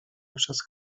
przez